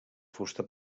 fusta